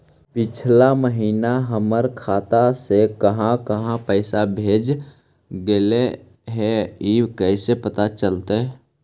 पिछला महिना हमर खाता से काहां काहां पैसा भेजल गेले हे इ कैसे पता चलतै?